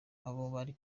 kumwe